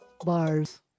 Bars